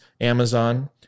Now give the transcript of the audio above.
Amazon